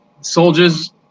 Soldiers